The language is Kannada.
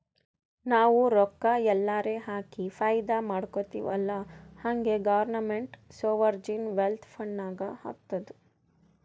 ನಾವು ರೊಕ್ಕಾ ಎಲ್ಲಾರೆ ಹಾಕಿ ಫೈದಾ ಮಾಡ್ಕೊತಿವ್ ಅಲ್ಲಾ ಹಂಗೆ ಗೌರ್ಮೆಂಟ್ನು ಸೋವರ್ಜಿನ್ ವೆಲ್ತ್ ಫಂಡ್ ನಾಗ್ ಹಾಕ್ತುದ್